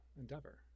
endeavor